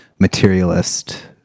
materialist